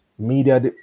media